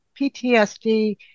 PTSD